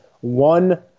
One